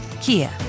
Kia